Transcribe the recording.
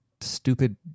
stupid